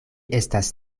estas